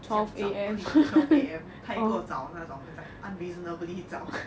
这样早 twelve am 太过早那种 is like unreasonably 早